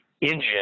engine